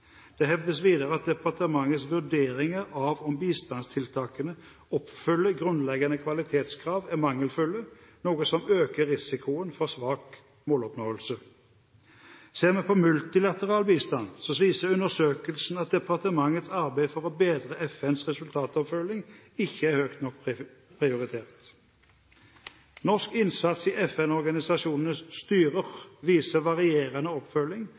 Det hevdes videre at departementets «vurderinger av om bistandstiltakene oppfyller grunnleggende kvalitetskrav er mangelfulle, noe som øker risikoen for svak måloppnåelse». Ser vi på multilateral bistand, viser undersøkelsen at departementets «arbeid for å bedre FNs resultatoppfølging ikke er høyt nok prioritert. Norsk innsats i FN-organisasjonenes styrer viser varierende oppfølging